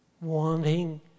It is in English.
wanting